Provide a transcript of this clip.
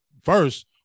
First